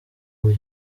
ubu